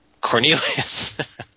Cornelius